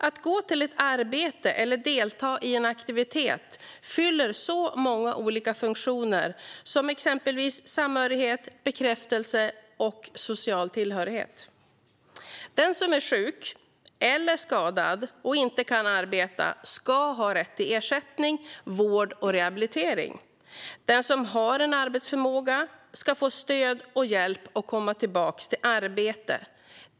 Att gå till ett arbete eller delta i en aktivitet fyller så många olika funktioner, exempelvis samhörighet, bekräftelse och social tillhörighet. Den som är sjuk eller skadad och inte kan arbeta ska ha rätt till ersättning, vård och rehabilitering. Den som har arbetsförmåga ska få stöd och hjälp att komma tillbaka i arbete.